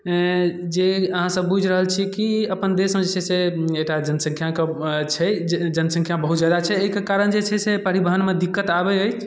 जे अहाँसब बुझि रहल छिए कि अपन देशमे जे छै से एकटा जनसँख्याके छै जनसँख्या बहुत ज्यादा छै एहिके कारण जे छै से परिवहनमे दिक्कत आबै अछि